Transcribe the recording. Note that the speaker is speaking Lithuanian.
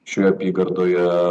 šioj apygardoje